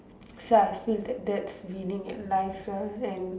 so I feel that that's winning at life lah and